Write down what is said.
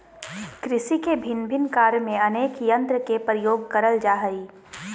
कृषि के भिन्न भिन्न कार्य में अनेक यंत्र के प्रयोग करल जा हई